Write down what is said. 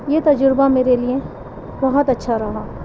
یہ تجربہ میرے لیے بہت اچھا رہا